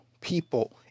people